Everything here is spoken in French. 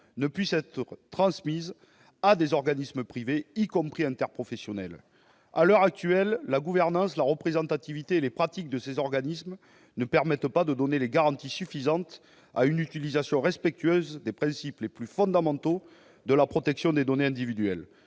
puissent être transmises à des organismes privés, y compris interprofessionnels : à l'heure actuelle, la gouvernance, la représentativité et les pratiques de ces organismes ne permettent pas de donner les garanties suffisantes pour une utilisation respectueuse des principes les plus fondamentaux de la protection des données individuelles.